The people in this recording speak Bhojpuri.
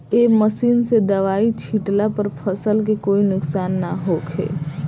ए मशीन से दवाई छिटला पर फसल के कोई नुकसान ना होखे